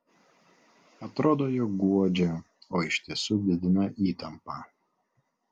atrodo jog guodžia o iš tiesų didina įtampą